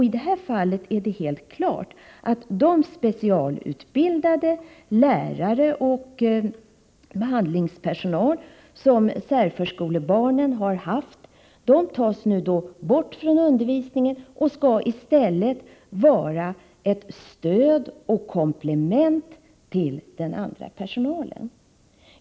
I det här fallet är det helt klart att de specialutbildade, lärare och behandlingspersonal som särförskolebarnen har haft tillgång till, nu tas bort från undervisningen och i stället skall vara ett stöd och ett komplement till den andra personalen.